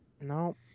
No